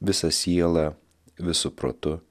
visa siela visu protu